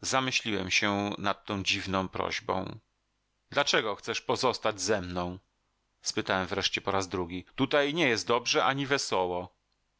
zamyśliłem się nad tą dziwną prośbą dlaczego chcesz pozostać ze mną spytałem wreszcie po raz drugi tutaj nie jest dobrze ani wesoło